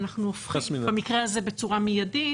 אנחנו הופכים במקרה הזה בצורה מיידית